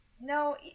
No